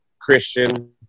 Christian